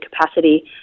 capacity